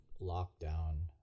lockdown